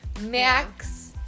max